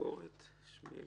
ציפורת שימל,